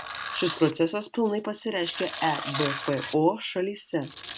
šis procesas pilnai pasireiškė ebpo šalyse